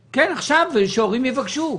כן, עכשיו, כשהורים יבקשו.